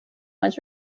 was